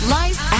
life